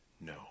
no